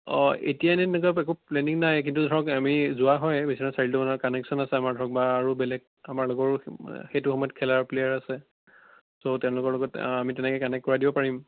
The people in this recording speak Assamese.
অ' এতিয়া নি এনেকুৱা একো প্লেনিং নাই কিন্তু ধৰক আমি যোৱা হয় বিশ্বনাথ চাৰিআালিতো আমাৰ কানেকচন আছে আমাৰ ধৰক বা আৰু বেলেগ আমাৰ লগৰ সেইটো সময়ত খেলা প্লেয়াৰ আছে চ' তেওঁলোকৰ লগত আমি তেনেকৈ কানেক্ট কৰাই দিব পাৰিম